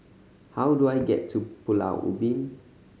how do I get to Pulau Ubin